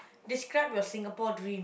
describe your Singapore dream